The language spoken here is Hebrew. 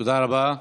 תודה רבה.